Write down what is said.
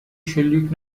شلیک